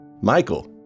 Michael